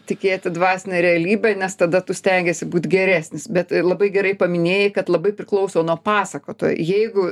tikėti dvasine realybe nes tada tu stengiesi būt geresnis bet labai gerai paminėjai kad labai priklauso nuo pasakotojo jeigu